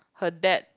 her dad